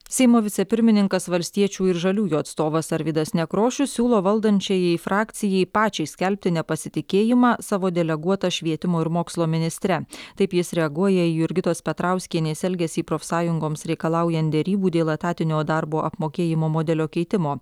seimo vicepirmininkas valstiečių ir žaliųjų atstovas arvydas nekrošius siūlo valdančiajai frakcijai pačiai skelbti nepasitikėjimą savo deleguota švietimo ir mokslo ministre taip jis reaguoja į jurgitos petrauskienės elgesį profsąjungoms reikalaujant derybų dėl etatinio darbo apmokėjimo modelio keitimo